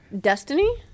Destiny